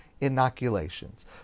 inoculations